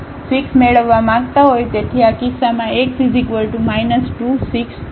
તેથી આ કિસ્સામાં x 2 6 હશે